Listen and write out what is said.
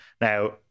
Now